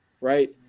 Right